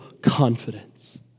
confidence